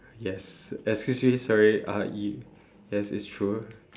yes excuse me sorry uh it yes it's true